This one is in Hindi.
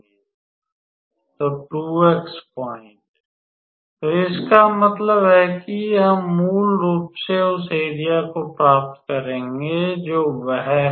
तो 2x पॉइंट तो इसका मतलब है हम मूल रूप से उस एरिया को प्राप्त करेंगे जो वह है